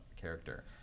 character